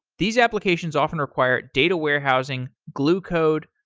these applications often require data warehousing, glue code,